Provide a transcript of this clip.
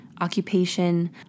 occupation